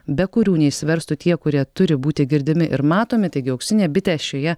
be kurių neišsiverstų tie kurie turi būti girdimi ir matomi taigi auksinė bitė šioje